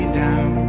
down